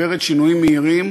עוברת שינויים מהירים